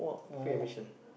free admission